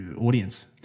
audience